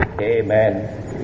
Amen